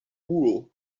wool